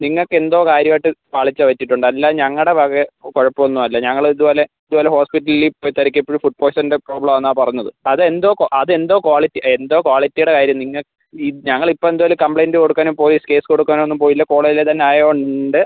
നിങ്ങൾക്ക് എന്തോ കാര്യമായിട്ട് പാളിച്ച പറ്റിയിട്ടുണ്ട് അല്ലാതെ ഞങ്ങളുടെ വക കുഴപ്പമൊന്നും അല്ല ഞങ്ങൾ ഇത് പോലെ ഇതുപോലെ ഹോസ്പിറ്റലിൽ പോയി തിരക്കിയപ്പോൾ ഫുഡ് പോയ്സണിൻ്റെ പ്രോബ്ലം എന്നാണ് പറഞ്ഞത് അതെന്തോ അതെന്തോ ക്വാളിറ്റി എന്തോ ക്വാളിറ്റിയുടെ കാര്യം നിങ്ങൾ ഈ ഞങ്ങൾ ഇപ്പോൾ എന്തേലും കംപ്ലയിൻ്റ് കൊടുക്കാനും പോലീസ് കേസ് കൊടുക്കാനൊന്നും പോയില്ല കോളേജിലെ തന്നെ ആയത്കൊണ്ട്